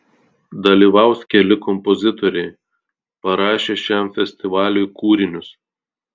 dalyvaus keli kompozitoriai parašę šiam festivaliui kūrinius